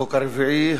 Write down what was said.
החוק הרביעי,